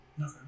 okay